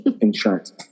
insurance